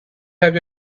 have